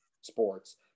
sports